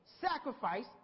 sacrifice